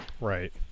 Right